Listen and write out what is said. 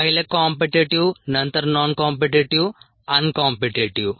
पहिले कॉम्पीटीटीव्ह नंतर non competitive uncompetitive